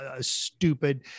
stupid